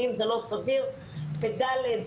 בכיתות הלימוד בכלל אין לנו על מה לדבר,